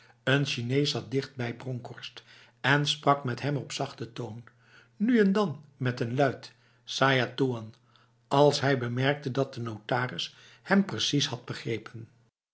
een chinees zat dichtbij bronkhorst en sprak met hem op zachte toon nu en dan met een luid saja toean als hij bemerkte dat de notaris hem precies had begrepen